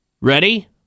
Ready